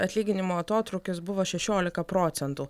atlyginimų atotrūkis buvo šešiolika procentų